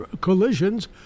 collisions